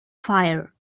fire